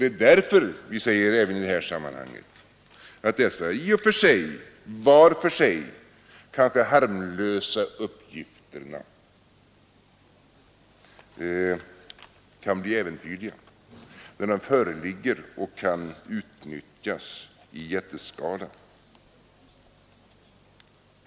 Det är därför jag i det här sammanhanget säger att dessa kanske var för sig harmlösa uppgifter kan bli äventyrliga, när de föreligger och kan utnyttjas i jätteskala.